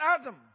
Adam